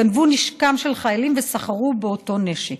גנבו נשקים של חיילים וסחרו באותו נשק.